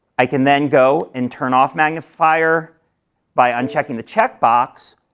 i can then go and turn off magnifier by unchecking the check box,